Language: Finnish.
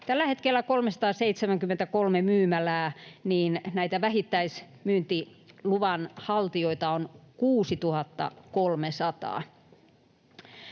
tällä hetkellä 373 myymälää, niin näitä vähittäismyyntiluvan haltijoita on 6 300.